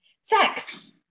Sex